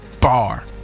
Bar